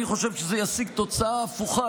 אני חושב שזה ישיג תוצאה הפוכה,